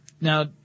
Now